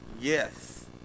Yes